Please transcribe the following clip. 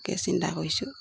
তাকে চিন্তা কৰিছো